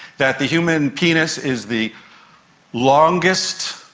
that the human penis is the longest,